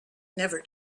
never